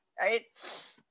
right